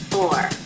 Four